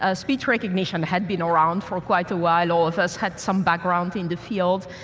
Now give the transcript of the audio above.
ah speech recognition had been around for quite a while. all of us had some background in the field,